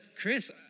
Chris